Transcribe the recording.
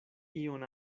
ion